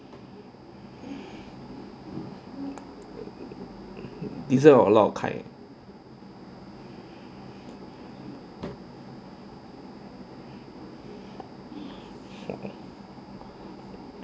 dessert of lot of kind hm